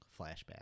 flashback